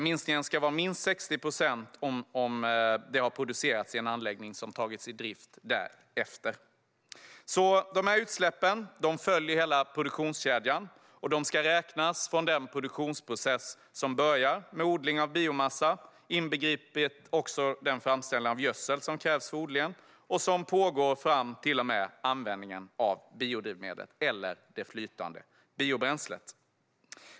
Minskningen ska vara minst 60 procent om biodrivmedlet har producerats i en anläggning som har tagits i drift därefter. Dessa utsläpp följer alltså hela produktionskedjan, och de ska räknas från den produktionsprocess som börjar med odling av biomassa, inbegripet den framställning av gödsel som krävs för odlingen, och som pågår fram till och med användningen av biodrivmedlet eller det flytande biobränslet.